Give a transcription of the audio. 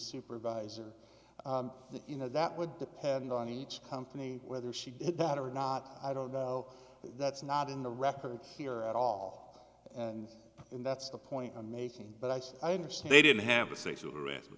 supervisor that you know that would depend on each company whether she did that or not i don't know that's not in the record here at all and that's the point i'm making but i said i understand they didn't have a sexual harassment